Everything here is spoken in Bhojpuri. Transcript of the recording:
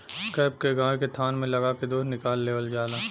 कैप के गाय के थान में लगा के दूध निकाल लेवल जाला